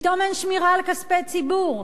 פתאום אין שמירה על כספי הציבור.